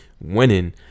winning